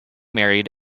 married